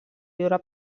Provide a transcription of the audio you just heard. viure